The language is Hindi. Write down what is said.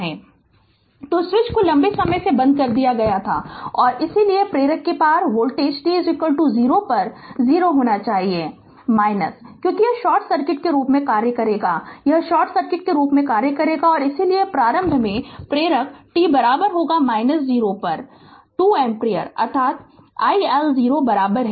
Refer Slide Time 2233 तो स्विच को लंबे समय से बंद कर दिया गया है और इसलिए प्रेरक के पार वोल्टेज t 0 पर 0 होना चाहिए क्योंकि यह शॉर्ट सर्किट के रूप में कार्य करेगा यह शॉर्ट सर्किट के रूप में कार्य करेगा और इसलिए प्रारंभ में प्रेरक t 0 पर 2 एम्पीयर है अर्थात i L 0 बराबर है